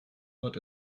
wird